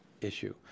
issue